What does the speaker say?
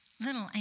Little